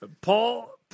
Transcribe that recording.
Paul